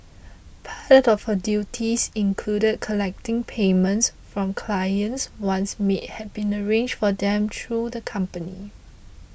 part of her duties included collecting payments from clients once maids had been arranged for them through the company